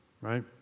right